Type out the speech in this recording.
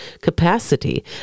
capacity